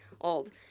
old